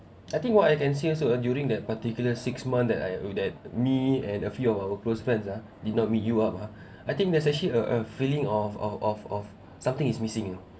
I think what I can see also during that particular six month that I looked at me and a few of our close friends ah did not meet you up ah I think there's actually a a feeling of of of of something is missing